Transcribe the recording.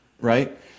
right